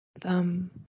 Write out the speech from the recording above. thumb